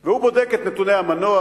והוא בודק את נתוני המנוע,